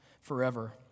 forever